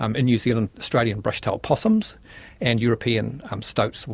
um in new zealand, australian brush tailed possums and european um stoats,